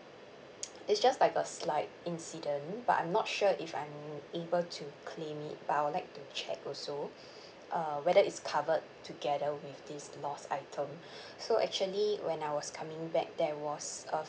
it's just like a slight incident but I'm not sure if I'm able to claim it but I would like to check also uh whether it's covered together with this lost item so actually when I was coming back there was a